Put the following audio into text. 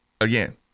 again